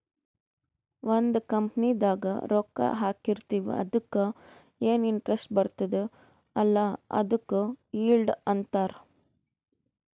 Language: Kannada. ಒಂದ್ ಕಂಪನಿದಾಗ್ ರೊಕ್ಕಾ ಹಾಕಿರ್ತಿವ್ ಅದುಕ್ಕ ಎನ್ ಇಂಟ್ರೆಸ್ಟ್ ಬರ್ತುದ್ ಅಲ್ಲಾ ಅದುಕ್ ಈಲ್ಡ್ ಅಂತಾರ್